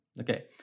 okay